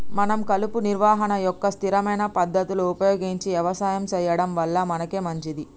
మనం కలుపు నిర్వహణ యొక్క స్థిరమైన పద్ధతులు ఉపయోగించి యవసాయం సెయ్యడం వల్ల మనకే మంచింది